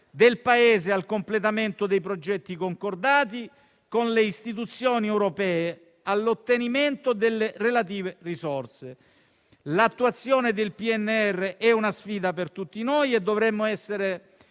del Paese al completamento dei progetti concordati con le istituzioni europee e all'ottenimento delle relative risorse. L'attuazione del PNRR è una sfida per tutti noi e dovremo essere